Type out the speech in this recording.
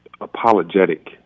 apologetic